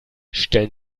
stellen